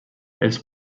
els